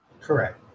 Correct